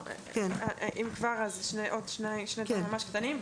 אם כבר, עוד שני דברים ממש קטנים.